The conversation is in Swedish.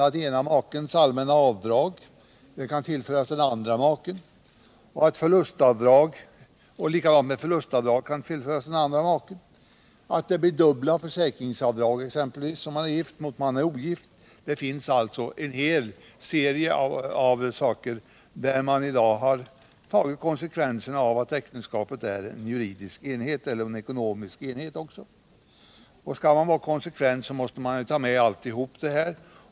Den ena makens allmänna avdrag kan överföras till den andra maken, och förlustavdrag kan likaså överföras till den andra maken. Det blir dubbelt så stora försäkringsavdrag om man är gift som om man är ogift. Det är alltså en hel serie av fall där man i dag har tagit konsekvenserna av att äktenskapet är en juridisk och ekonomisk enhet. Skall man vara konsekvent, så måste man ju ta med allt detta.